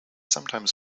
sometimes